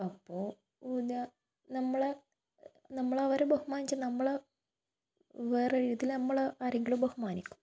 അപ്പോൾ നമ്മൾ നമ്മളവരെ ബഹുമാനിച്ചാണ് നമ്മൾ വേറൊരു വിധത്തിൽ നമ്മളേ ആരെങ്കിലും ബഹുമാനിക്കും